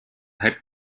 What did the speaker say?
head